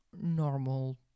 normal